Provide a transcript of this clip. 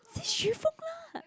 say Xu-Fong lah